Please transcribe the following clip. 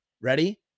Ready